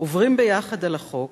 עוברים ביחד על החוק,